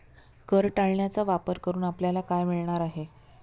कर टाळण्याचा वापर करून आपल्याला काय मिळणार आहे?